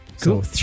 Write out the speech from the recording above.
Cool